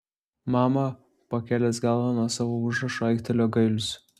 mama pakėlęs galvą nuo savo užrašų aiktelėjo gailius